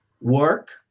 work